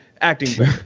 acting